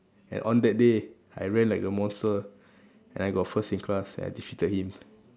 and on that day I ran like a monster and I got first in class and I defeated him